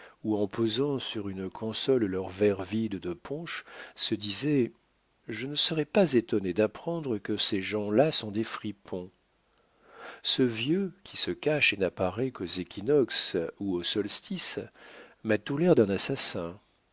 ou en posant sur une console leur verre vide de punch se disaient je ne serais pas étonné d'apprendre que ces gens-là sont des fripons ce vieux qui se cache et n'apparaît qu'aux équinoxes ou aux solstices m'a tout l'air d'un assassin